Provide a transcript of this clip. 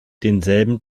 denselben